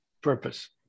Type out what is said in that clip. purpose